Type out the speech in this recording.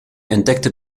entdeckte